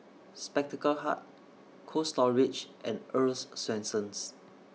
Spectacle Hut Cold Storage and Earl's Swensens